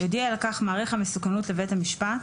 יודיע על כך מעריך המסוכנות לבית המשפט,